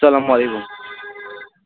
السلامُ علیکُم